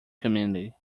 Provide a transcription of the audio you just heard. community